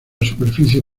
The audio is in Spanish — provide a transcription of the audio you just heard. superficie